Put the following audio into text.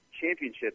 championship